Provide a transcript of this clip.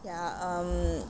ya um